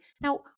Now